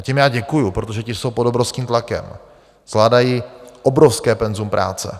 A těm já děkuji, protože ti jsou pod obrovským tlakem, zvládají obrovské penzum práce.